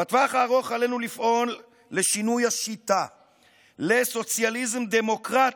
בטווח הארוך עלינו לפעול לשינוי השיטה לסוציאליזם דמוקרטי,